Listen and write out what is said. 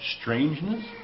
strangeness